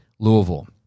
Louisville